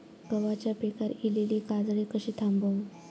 गव्हाच्या पिकार इलीली काजळी कशी थांबव?